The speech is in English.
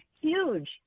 Huge